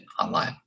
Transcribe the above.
online